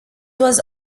was